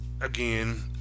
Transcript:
again